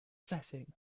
setting